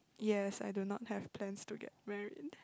yes I do not have plans to get married